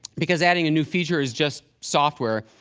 because adding a new feature is just software.